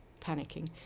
panicking